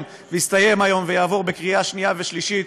ויסתיים היום ויעבור בקריאה שנייה ושלישית.